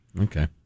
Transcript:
Okay